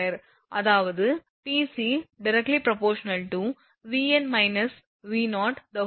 அதாவது Pc ∝ 2